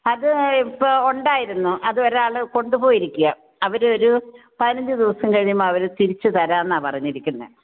അത് ഇപ്പോൾ ഉണ്ടായിരുന്നു അത് ഒരാൾ കൊണ്ടുപോയിരിക്കുകയാ അവർ ഒരു പതിനഞ്ച് ദിവസം കഴിയുമ്പം അവർ തിരിച്ച് തരാം എന്നാ പറഞ്ഞരിക്കുന്നത്